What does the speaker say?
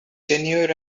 tenure